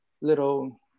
little